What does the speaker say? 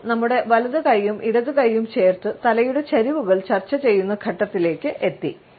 ഇപ്പോൾ നമ്മുടെ വലതുകൈയും ഇടതുകൈയും ചേർത്തു തലയുടെ ചരിവുകൾ ചർച്ച ചെയ്യുന്ന ഘട്ടത്തിലേക്ക് എത്തി